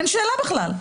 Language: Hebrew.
אין שאלה בכלל.